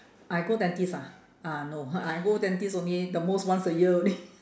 I go dentist ah ah no I go dentist only the most once a year only